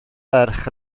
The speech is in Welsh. ferch